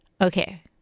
Okay